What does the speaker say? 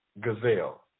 gazelle